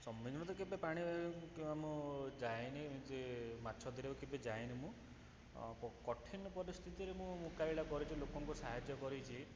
କୁ ତ କେବେ ପାଣି କ୍ ମୁଁ ଯାଏନି ନିଜେ ମାଛ ଧରିବାକୁ କେବେ ଯାଏନି ମୁଁ କ କଠିନ ପରିସ୍ଥିତିରେ ମୁଁ ମୁକାବିଲା କରିଛି ଲୋକଙ୍କୁ ସାହାଯ୍ୟ କରିଛି